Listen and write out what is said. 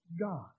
God